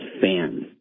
fans